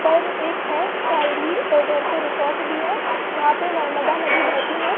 पर एक है थाइली उधर पे रिसॉट भी है वहाँ पे नर्मदा नदी बहती हैं